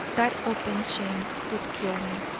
that open shame would kill me.